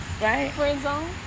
Right